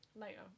later